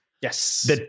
Yes